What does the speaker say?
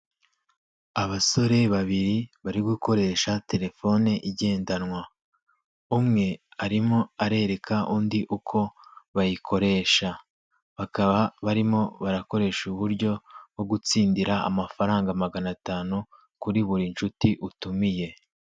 Abasore babiri bari gukoresha telefone igendanwa umwe arimo arereka undi uko bayikoresha, bakaba barimo barakoresha uburyo bwo gutsindira amafaranga magana atanu kuri buri nshuti utumiye.